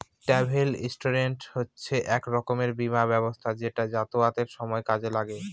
travel insurance হচ্ছে এক রকমের বীমা ব্যবস্থা যেটা যাতায়াতের সময় কাজে লাগে